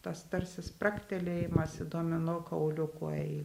tas tarsi spragtelėjimas į domino kauliukų eil